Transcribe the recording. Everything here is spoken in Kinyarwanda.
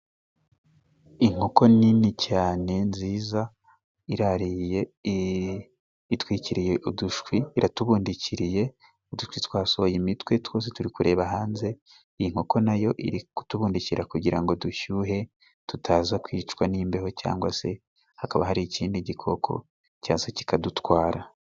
Inkoko nini cyane nziza iraririye, itwikiriye udushwi iratubundikiriye, udushwi twasohoye imitwe twose turi kureba hanze. Iyi ni nkoko nayo iri kutubundikira kugira ngo dushyuhe tutaza kwicwa n'imbeho cyangwa se hakaba hari ikindi gikoko cyaza kikadutwara.